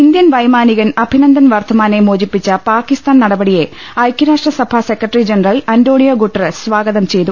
Indian വൈമാനികൻ അഭിനന്ദൻ വർദ്ധമാനെ മോചിപ്പിച്ച പാക്കിസ്ഥാൻ നടപടിയെ ഐക്യരാഷ്ട്ര ്ലസ്ക്രട്ടറി ജനറൽ അന്റോണിയോ ഗുട്ടറസ് സാഗതം ചെയ്തു